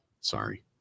Sorry